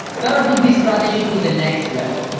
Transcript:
terra took this strategy to the next level.